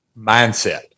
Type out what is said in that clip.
mindset